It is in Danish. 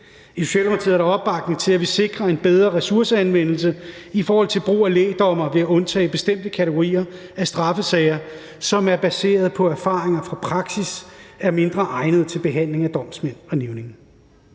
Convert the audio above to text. I Socialdemokratiet er der opbakning til, at vi sikrer en bedre ressourceanvendelse i forhold til brug af lægdommere ved at undtage bestemte kategorier af straffesager, som baseret på erfaringer fra praksis er mindre egnede til behandling af domsmænd og nævninge.